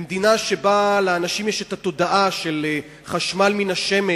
במדינה שבה לאנשים יש התודעה של חשמל מן השמש